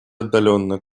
отдалённо